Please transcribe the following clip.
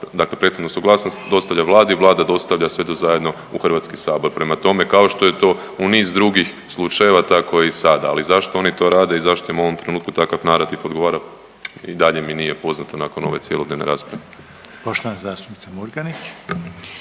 dakle prethodnu suglasnost dostavlja Vlada. Vlada dostavlja sve to zajedno u Hrvatski sabor. Prema tome, kao što je to u niz drugih slučajeva tako je i sada. Ali zašto oni to rade i zašto im u ovom trenutku takav narativ odgovara i dalje mi nije poznato nakon ove cjelodnevne rasprave. **Reiner,